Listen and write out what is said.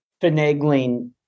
finagling